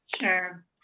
Sure